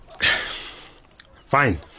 Fine